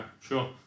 sure